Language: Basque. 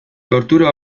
tortura